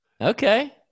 Okay